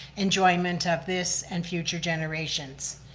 enjoyment of this and future generations.